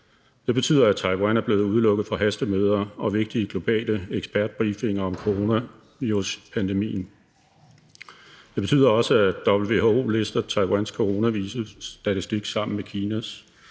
Det betyder, at Taiwan er blevet udelukket for hastemøder og vigtige globale ekspertbriefinger om coronaviruspandemien. Det betyder også, at WHO lister Taiwans coronavirusstatistik sammen med Kinas.